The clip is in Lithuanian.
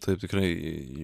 taip tikrai